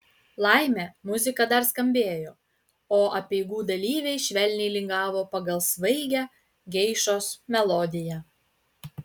laimė muzika dar skambėjo o apeigų dalyviai švelniai lingavo pagal svaigią geišos melodiją